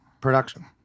Production